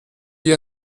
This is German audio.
wie